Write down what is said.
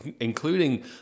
including